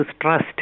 Trust